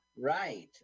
Right